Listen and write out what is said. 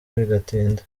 bigatinda